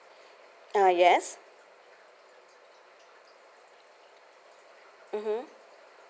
uh yes mmhmm